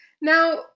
Now